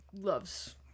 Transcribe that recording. loves